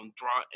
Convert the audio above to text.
draw